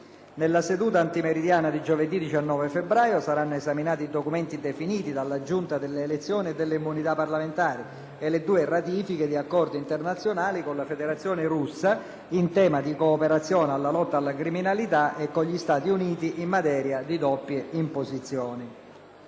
Nella seduta antimeridiana dì giovedì 19 febbraio saranno esaminati i documenti definiti dalla Giunta delle elezioni e delle immunità parlamentari e due ratifiche di accordi internazionali, con la Federazione Russa in tema di cooperazione alla lotta alla criminalità e con gli Stati Uniti in materia di doppie imposizioni.